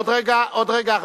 עוד רגע, עוד רגע.